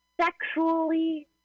sexually